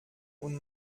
und